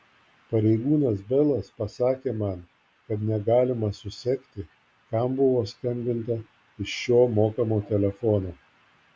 pareigūnas belas pasakė man kad negalima susekti kam buvo skambinta iš šio mokamo telefono